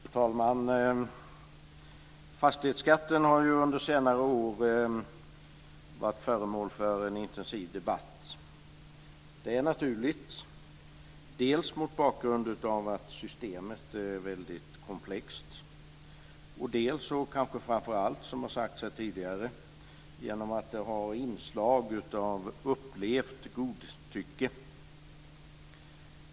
Fru talman! Fastighetsskatten har under senare år varit föremål för en intensiv debatt. Det är naturligt dels mot bakgrund av att systemet är väldigt komplext, dels och kanske framför allt, som har sagts här tidigare, genom att det har inslag av upplevt godtycke.